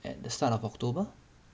at the start of october